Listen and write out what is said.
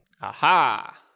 Aha